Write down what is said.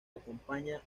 acompaña